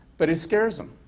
but it scares him.